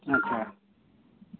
ᱟᱪᱪᱷᱟ